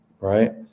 right